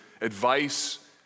advice